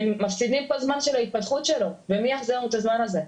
מפסידים את הזמן של ההתפתחות שלו ומי יחזיר לנו את הזמן הזה.